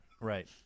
Right